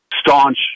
staunch